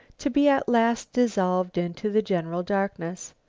to be at last dissolved into the general darkness.